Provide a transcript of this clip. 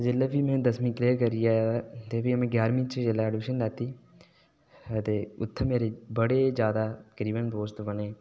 जिसलै भी में दसमी क्लेयर करियै ते भी में ग्यारमीं च ऐडमीशन लैती ते उत्थै मेरे बड़े जैदा तकरीबन दोस्त बने